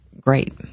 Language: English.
great